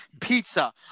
Pizza